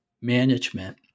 management